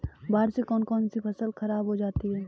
बाढ़ से कौन कौन सी फसल खराब हो जाती है?